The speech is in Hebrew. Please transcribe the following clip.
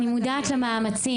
להלן תרגומם: אני מודעת למאמצים.